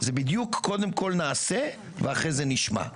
זה בדיוק קודם כול נעשה ואחרי זה נשמע.